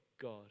God